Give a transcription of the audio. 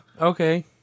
okay